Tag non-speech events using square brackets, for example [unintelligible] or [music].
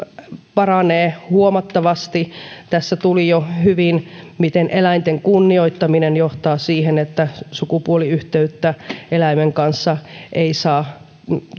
paranee huomattavasti [unintelligible] [unintelligible] [unintelligible] tässä tuli jo [unintelligible] [unintelligible] [unintelligible] [unintelligible] [unintelligible] [unintelligible] hyvin [unintelligible] [unintelligible] esille miten eläinten kunnioittaminen johtaa siihen että sukupuoliyhteyttä eläimen kanssa [unintelligible] [unintelligible] [unintelligible] ei saa